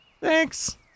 Thanks